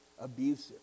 abusive